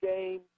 game